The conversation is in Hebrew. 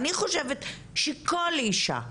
אני חושבת שכל אשה,